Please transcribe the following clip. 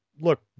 look